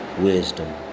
wisdom